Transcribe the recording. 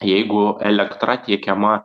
jeigu elektra tiekiama